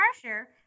pressure